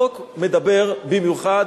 החוק מדבר במיוחד,